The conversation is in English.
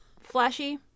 flashy